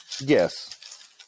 Yes